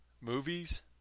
movies